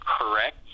correct